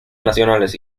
nacionales